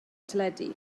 teledu